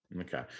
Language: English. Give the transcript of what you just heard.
okay